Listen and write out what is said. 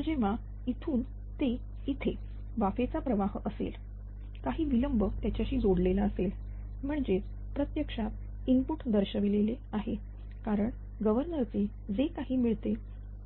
तर जेव्हा इथून ते इथे वाफेचा प्रवाह असेल काही विलंब त्याच्याशी जोडलेला असेल म्हणजेच प्रत्यक्षात इनपुट दर्शविलेले आहे कारण गव्हर्नर चे जे काही मिळते